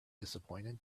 disappointed